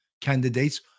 candidates